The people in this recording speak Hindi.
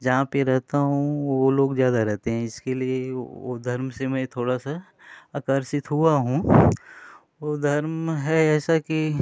जहाँ पर रहता हूँ वो लोग ज़्यादा रहते हैं इसके लिए वो मैं उस धर्म से मैं थोड़ा सा आकर्षित हुआ हूँ वो धर्म है ऐसा कि